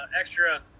extra